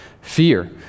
fear